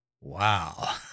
Wow